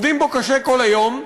עובדים בו קשה כל היום,